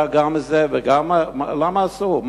מאותה עמותה גם מזה וגם, למה אסור?